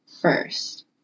first